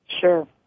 Sure